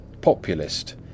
Populist